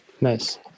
Nice